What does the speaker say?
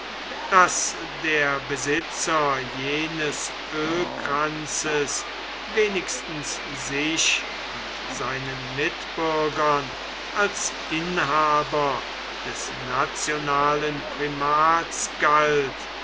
daß der besitzer jenes ölkranzes wenigstens sich und seinen mitbürgern als inhaber des nationalen primats galt